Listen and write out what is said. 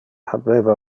habeva